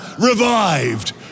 revived